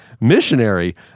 missionary